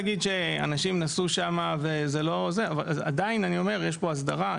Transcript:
יש פה הסדרה,